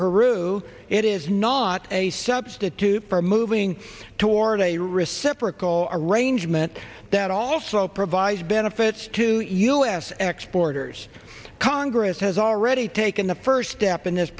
peru it is not a substitute for moving toward a reciprocal arrangement that also provides benefits to us and exporters congress has already taken the first step in this